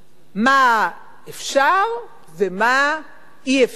מה אפשר ומה אי-אפשר,